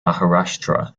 maharashtra